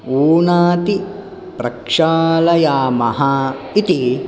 ऊनाति प्रक्षालयामः इति